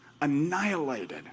annihilated